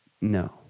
no